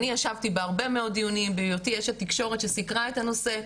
אני ישבתי בהרבה מאוד דיונים בהיותי אשת תקשורת שסיקרה את הנושא,